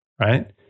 right